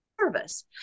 service